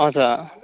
हजुर